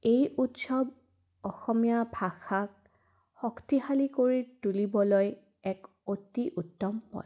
এই উৎসৱ অসমীয়া ভাষাক শক্তিশালী কৰি তুলিবলৈ এক অতি উত্তম পথ